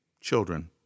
children